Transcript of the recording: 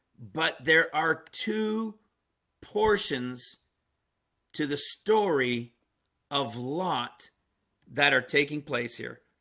but there are two portions to the story of lot that are taking place here